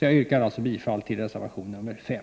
Jag yrkar bifall till reservation 5.